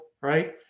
right